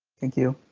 thank you.